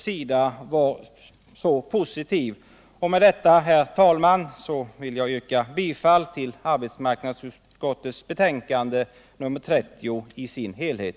Herr talman! Med detta vill jag yrka bifall till arbetsmarknadsutskottets hemställan i dess helhet.